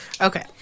Okay